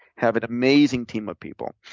have an amazing team of people,